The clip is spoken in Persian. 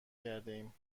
کردهایم